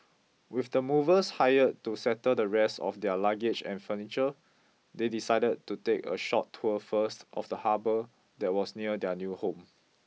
with the movers hired to settle the rest of their luggage and furniture they decided to take a short tour first of the harbour that was near their new home